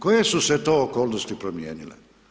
Koje su se to okolnosti promijenile?